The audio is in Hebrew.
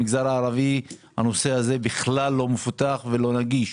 במגזר הערבי הנושא הזה בכלל לא מפותח, לא נגיש.